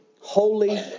holy